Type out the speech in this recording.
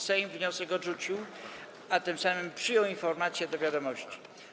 Sejm wniosek odrzucił, a tym samym przyjął informację do wiadomości.